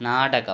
നാടകം